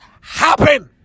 happen